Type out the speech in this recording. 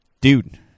Dude